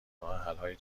راهحلهای